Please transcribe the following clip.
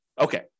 okay